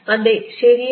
അതെ ശരിയാണ്